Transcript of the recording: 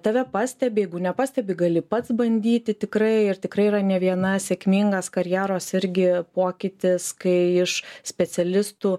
tave pastebi jeigu nepastebi gali pats bandyti tikrai ir tikrai yra ne viena sėkmingas karjeros irgi pokytis kai iš specialistų